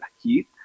heat